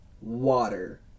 water